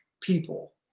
people